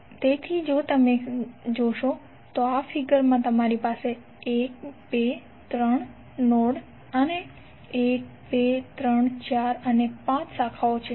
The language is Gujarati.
તેથી જો તમે જોશો તો આ ફિગર માં તમારી પાસે 1 2 3 નોડ અને 12 34 અને 5 શાખાઓ છે